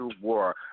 war